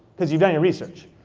cause you've done your research.